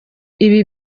ibi